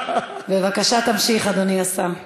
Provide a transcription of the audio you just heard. בבקשה, תמשיך, אדוני השר.